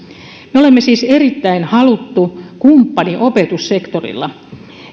me olemme siis erittäin haluttu kumppani opetussektorilla